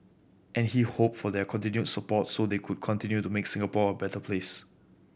and he hoped for their continued support so they could continue to make Singapore a better place